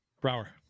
Brower